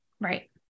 Right